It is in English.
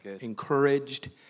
encouraged